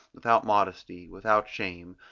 without modesty, without shame,